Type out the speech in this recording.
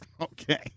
Okay